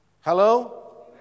Hello